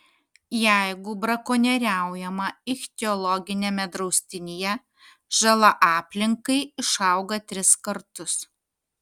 jeigu brakonieriaujama ichtiologiniame draustinyje žala aplinkai išauga tris kartus